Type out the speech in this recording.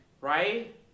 right